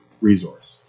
resource